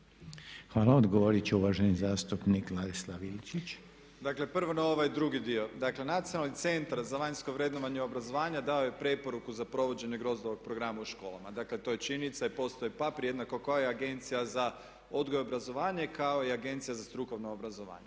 Hvala. Odgovorit će uvaženi zastupnik Ladislav Ilčić. **Ilčić, Ladislav (HRAST)** Dakle, prvo je ovaj drugi dio. Dakle, Nacionalni centar za vanjsko vrednovanje obrazovanja dao je preporuku za provođenje GROZD-ovog programa u školama. Dakle, to je činjenica i postoji …/Govornik se ne razumije./… jednako kao i Agencija za odgoj i obrazovanje kao i Agencija za strukovna obrazovanja.